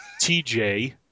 TJ